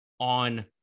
On